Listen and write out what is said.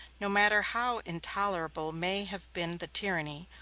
no matter how intolerable may have been the tyranny,